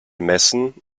messen